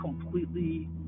completely